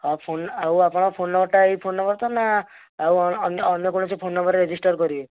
ଆଉ ଫୋନ୍ ଆଉ ଆପଣଙ୍କ ଫୋନ୍ ନମ୍ବରଟା ଏଇ ନମ୍ବର ତ ନା ଆଉ ଅନ୍ୟ କୌଣସି ଫୋନ୍ ନମ୍ବରରେ ରେଜିଷ୍ଟର କରିବେ